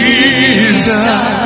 Jesus